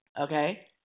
Okay